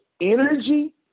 energy